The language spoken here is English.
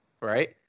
right